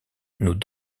nous